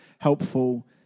helpful